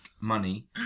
money